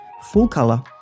full-color